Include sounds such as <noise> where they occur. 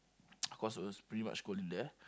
<noise> cause it was pretty much cold in there